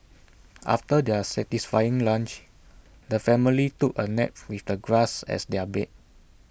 after their satisfying lunch the family took A nap with the grass as their bed